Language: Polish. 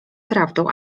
prawdą